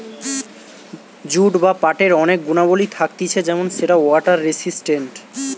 jute বা পাটের অনেক গুণাবলী থাকতিছে যেমন সেটা ওয়াটার রেসিস্টেন্ট